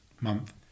month